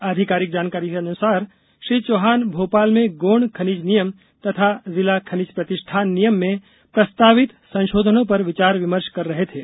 आधिकारिक जानकारी के अनुसार श्री चौहान ने भोपाल में गौण खनिज नियम तथा जिला खनिज प्रतिष्ठान नियम में प्रस्तावित संशोधनों पर विचार विमर्श कर रहे थे